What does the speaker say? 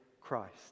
Christ